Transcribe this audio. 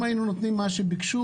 אם היינו נותנים מה שביקשו,